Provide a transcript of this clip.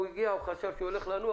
הוא חשב שהוא הולך לנוח,